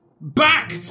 Back